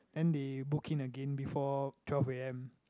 then they book in again before twelve a_m